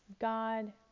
God